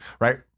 right